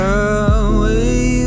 away